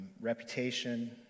reputation